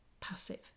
passive